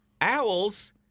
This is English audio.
owls